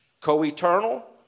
co-eternal